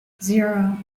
zero